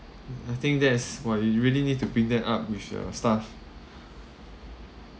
I think that's !wah! you really need to bring that up with your staff